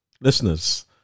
Listeners